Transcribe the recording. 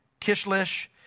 Kishlish